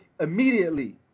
immediately